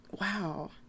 wow